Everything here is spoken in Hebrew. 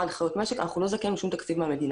וחיות משק אנחנו לא זכאים לשום תקציב מהמדינה,